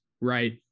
right